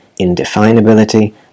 indefinability